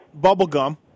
Bubblegum